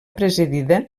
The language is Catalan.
presidida